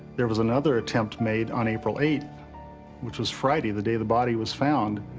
there was another attempt made on april eighth which was friday, the day the body was found,